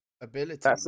ability